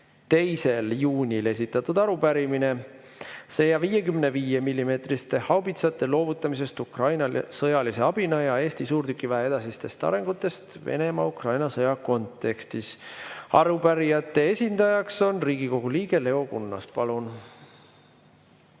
2. juunil esitatud arupärimine 155 mm haubitsate loovutamisest Ukrainale sõjalise abina ja Eesti suurtükiväe edasisest arengust Venemaa-Ukraina sõja kontekstis. Arupärijate esindaja on Riigikogu liige Leo Kunnas. Palun!